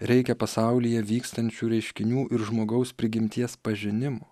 reikia pasaulyje vykstančių reiškinių ir žmogaus prigimties pažinimo